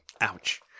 Ouch